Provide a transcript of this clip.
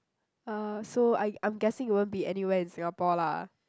uh so I I'm guessing it won't be anywhere in Singapore lah